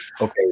okay